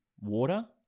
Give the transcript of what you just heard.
water